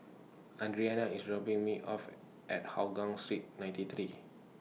Adriana IS dropping Me off At Hougang Street ninety three